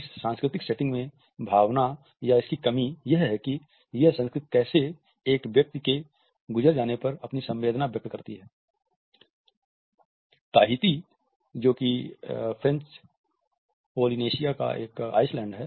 इस सांस्कृतिक सेटिंग में भावना या इसकी कमी यह है कि यह संस्कृति कैसे एक व्यक्ति के गुज़र जाने पर अपनी संवेदना व्यक्त करती है